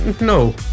no